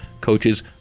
coaches